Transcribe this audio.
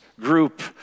group